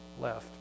left